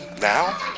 now